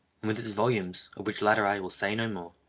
and with its volumes of which latter i will say no more.